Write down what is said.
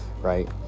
right